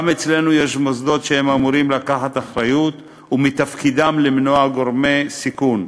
גם אצלנו יש מוסדות שאמורים לקחת אחריות ומתפקידם למנוע גורמי סיכון.